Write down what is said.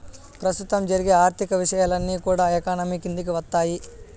ప్రస్తుతం జరిగే ఆర్థిక విషయాలన్నీ కూడా ఎకానమీ కిందికి వత్తాయి